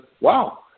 wow